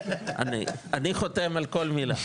אני חותם על כל מילה,